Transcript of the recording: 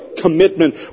commitment